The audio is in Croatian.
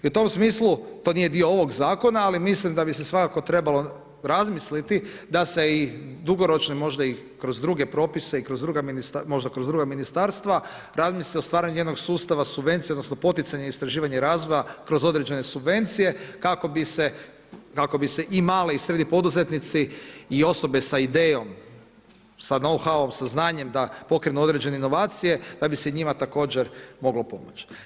I u tom smislu to nije dio ovog zakona, ali mislim da bi se svakako trebalo razmisliti da se i dugoročno možda i kroz druge propise i kroz druga ministarstva razmisli o stvaranju jednog sustava subvencije, odnosno poticanja, istraživanja i razvoja kroz određene subvencije kako bi se i mali i srednji poduzetnici i osobe sa idejom … sa znanjem da pokrenu određene inovacije, da bi se njima također moglo pomoći.